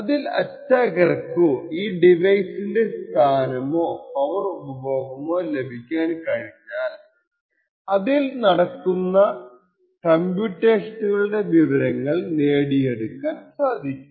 അതിൽ അറ്റാക്കർക്കു ഈ ഡിവൈസിന്റെ സ്ഥാനമോ പവർ ഉപഭോഗമോ ലഭിക്കാൻ കഴിഞ്ഞാൽ അതിൽ നടക്കുന്ന കംപ്യൂട്ടേഷനുകളുടെ വിവരങ്ങൾ നേടിയെടുക്കാൻ സാധിക്കും